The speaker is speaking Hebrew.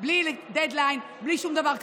בלי דדליין, בלי שום דבר כזה.